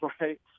Right